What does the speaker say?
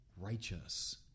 righteous